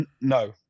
no